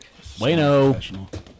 Wayno